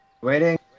Waiting